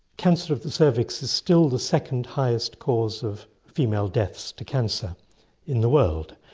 cancer of the cervix is still the second highest cause of female deaths to cancer in the world,